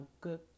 good